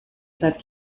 south